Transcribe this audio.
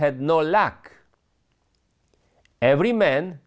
has no luck every man